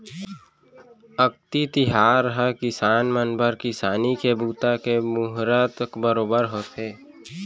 अक्ती तिहार ह किसान मन बर किसानी के बूता के मुहरत बरोबर होथे